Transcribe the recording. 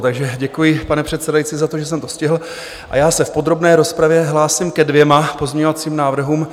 Takže děkuji, pane předsedající, za to, že jsem to stihl, a já se v podrobné rozpravě hlásím ke dvěma pozměňovacím návrhům.